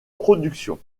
production